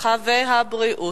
הרווחה והבריאות.